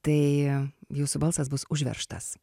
tai jūsų balsas bus užveržtas